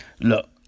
look